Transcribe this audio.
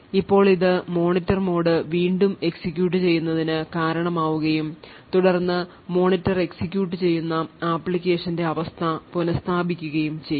ഇപ്പോൾ ഇത് monitor mode വീണ്ടും എക്സിക്യൂട്ട് ചെയ്യുന്നതിന് കാരണമാകുകയും തുടർന്ന് മോണിറ്റർ എക്സിക്യൂട്ട് ചെയ്യുന്ന ആപ്ലിക്കേഷന്റെ അവസ്ഥ പുനസ്ഥാപിക്കുകയും ചെയ്യും